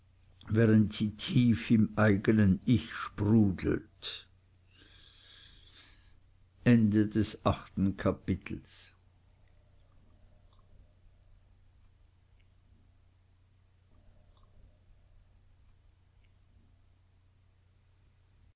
während sie tief im eigenen ich sprudelt neuntes kapitel